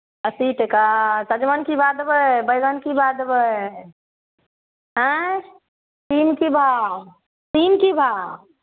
अस्सी टाका आओर सजमनि की भाव देबय बैगन की भाव देबय आँय सीम की भाव सीम की भाव